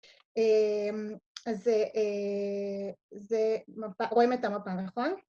רואים את המפה, נכון?